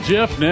Jeff